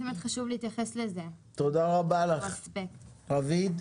תודה רבה לך, רביד.